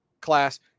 class